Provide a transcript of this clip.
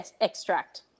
extract